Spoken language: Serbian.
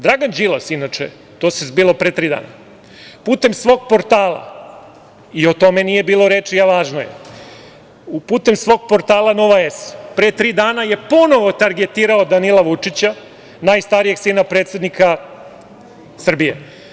Dragan Đilas, inače, to se zbivalo pre tri dana i o tome nije bilo reči, a važno je, putem svog portala „Nova S“, pre tri dana je ponovo targetirao Danila Vučića, najstarijeg sina predsednika Srbije.